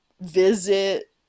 visit